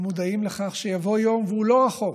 הם מודעים לכך שיבוא יום, והוא לא רחוק,